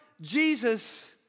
Jesus